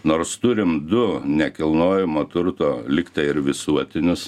nors turim du nekilnojamo turto lygtai ir visuotinius